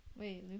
Wait